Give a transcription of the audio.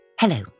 Hello